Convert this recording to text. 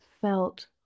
felt